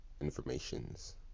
informations